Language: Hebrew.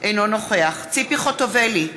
אינו נוכח ציפי חוטובלי,